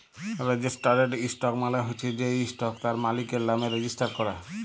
registered stock মালে হচ্যে যে ইসটকট তার মালিকের লামে রেজিস্টার ক্যরা